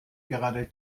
gerade